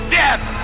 death